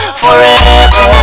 forever